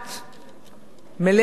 מלאכת קודש.